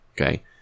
okay